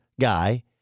guy